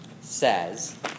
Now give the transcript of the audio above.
says